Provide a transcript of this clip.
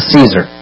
Caesar